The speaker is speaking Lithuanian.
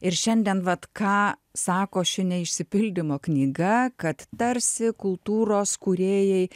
ir šiandien vat ką sako ši neišsipildymo knyga kad tarsi kultūros kūrėjai